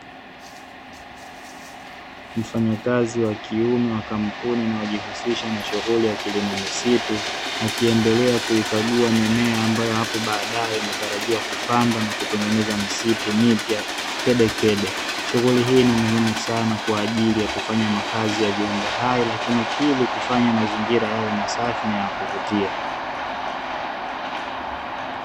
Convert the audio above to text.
Mfanyakazi wa kiume wa kampuni inayojihusisha na shughuli kilimo misitu akiendelea kuikagua mimea ambayo hapo baadae inatarajiwa kupandwa na kutengeneza msitu mipya kedekede. Shughuli hii ni muhimu sana kwa ajili ya kufanya makazi ya viumbe hai lakini pili kufanya mazingira yawe masafi na yakuvutia.